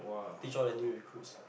teach all the new recruits